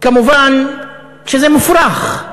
כמובן, זה מופרך.